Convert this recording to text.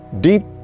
deep